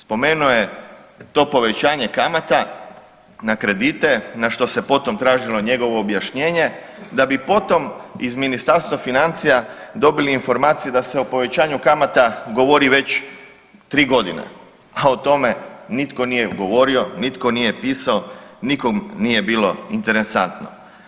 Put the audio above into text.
Spomenuo je to povećanje kamata na kredite na što se potom tražilo njegovo objašnjenje, da bi potom iz Ministarstva financija da se o povećanju kamata govori već 3 godine, a o tome nitko nije govorio, nitko nije pisao, nikom nije bilo interesantno.